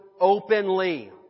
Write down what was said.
openly